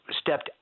stepped